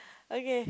okay